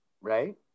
right